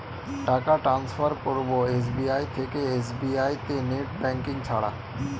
টাকা টান্সফার করব এস.বি.আই থেকে এস.বি.আই তে নেট ব্যাঙ্কিং ছাড়া?